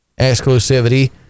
exclusivity